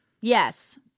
Yes